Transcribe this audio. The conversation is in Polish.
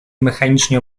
mechanicznie